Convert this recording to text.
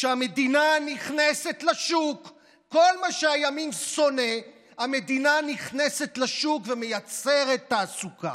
כל מה שהימין שונא: המדינה נכנסת לשוק ומייצרת תעסוקה,